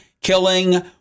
killing